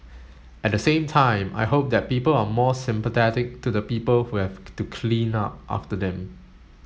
at the same time I hope that people are more sympathetic to the people who have to clean up after them